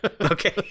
Okay